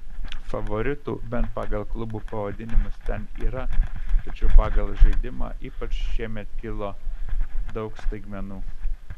favoritų bent pagal klubų pavadinimus ten yra tačiau pagal žaidimą ypač šiemet kilo daug staigmenų